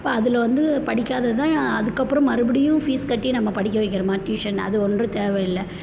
அப்போ அதில் வந்து படிக்காதது தான் அதுக்கப்புறம் மறுபடியும் ஃபீஸ் கட்டி நம்ம படிக்க வைக்கிறோமா டியூஷன் அது ஒன்றும் தேவையில்ல